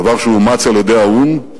דבר שאומץ על-ידי האו"ם,